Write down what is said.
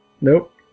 nope